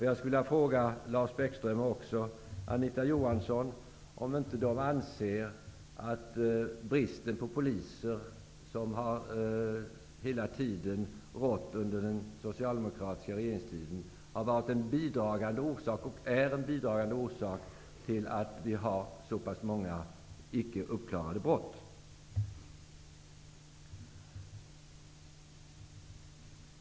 Jag skulle vilja fråga honom, liksom Anita Johansson, om inte de anser att bristen på poliser, som rått under hela den socialdemokratiska regeringstiden, är en bidragande orsak till att vi har så pass många icke uppklarade brott.